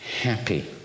happy